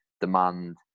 demand